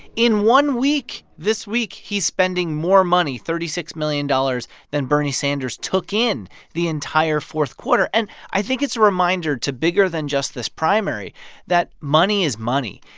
in one week this week he's spending more money thirty six million dollars than bernie sanders took in the entire fourth quarter. and i think it's a reminder to bigger than just this primary that money is money.